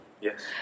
Yes